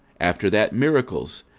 after that miracles,